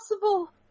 possible